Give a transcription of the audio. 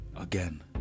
again